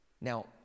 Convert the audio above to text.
Now